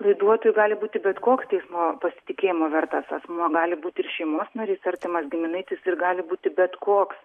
laiduotoju gali būti bet koks teismo pasitikėjimo vertas asmuo gali būti ir šeimos narys artimas giminaitis ir gali būti bet koks